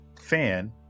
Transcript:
fan